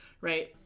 Right